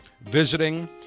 visiting